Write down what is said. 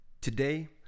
Today